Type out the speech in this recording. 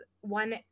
one